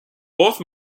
both